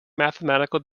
mathematical